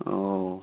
oh